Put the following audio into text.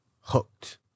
hooked